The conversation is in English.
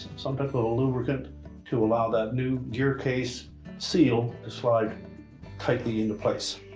some type of a lubricant to allow that new gearcase seal to slide tightly into place.